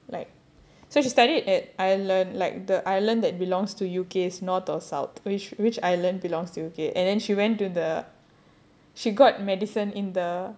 like so she studied at ireland like the ireland that belongs to U_K north or south which which ireland belongs to U_K and then she went to the she got medicine in the